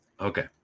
Okay